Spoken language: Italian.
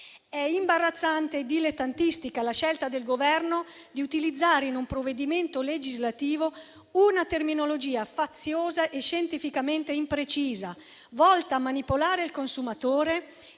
È imbarazzante e dilettantistica la scelta del Governo di utilizzare in un provvedimento legislativo una terminologia faziosa e scientificamente imprecisa, volta a manipolare il consumatore